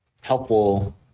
helpful